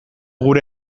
gure